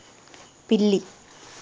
పిల్లి